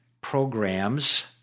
programs